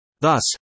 Thus